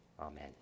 Amen